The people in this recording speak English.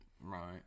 Right